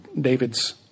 David's